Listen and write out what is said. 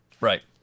Right